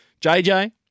JJ